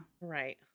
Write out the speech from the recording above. Right